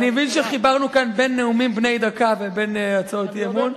אני מבין שחיברנו כאן בין נאומים בני דקה לבין הצעות אי-אמון.